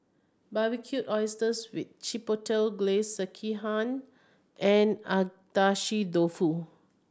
Barbecued Oysters with Chipotle Glaze Sekihan and Agedashi Dofu